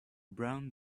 brown